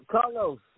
Carlos